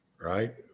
Right